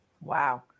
Wow